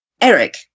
eric